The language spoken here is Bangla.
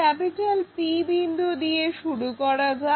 P বিন্দু থেকে শুরু করা যাক